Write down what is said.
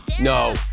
No